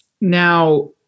now